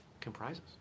comprises